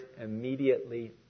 immediately